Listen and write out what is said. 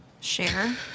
share